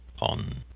on